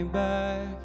back